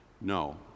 no